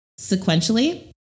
sequentially